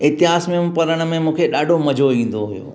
इतिहास में पढ़ण में मूंखे ॾाढो मज़ो ईंदो हुयो